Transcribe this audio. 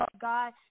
God